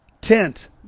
tent